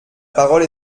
parole